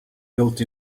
built